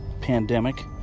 pandemic